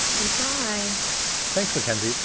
good bye thanks, mackenzie.